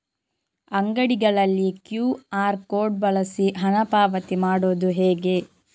ಅಂಗಡಿಗಳಲ್ಲಿ QR code ಬಳಸಿ ಹಣ ಪಾವತಿ ಮಾಡೋದು ಹೇಗೆ?